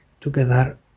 together